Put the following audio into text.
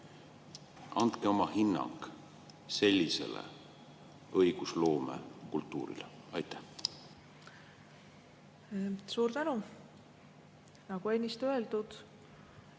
Andke oma hinnang sellisele õigusloomekultuurile. Suur tänu! Nagu ennist öeldud,